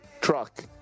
truck